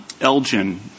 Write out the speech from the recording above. Elgin